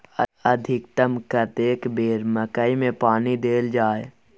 अधिकतम कतेक बेर मकई मे पानी देल जाय?